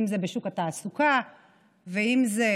אם זה